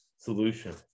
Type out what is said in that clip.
solution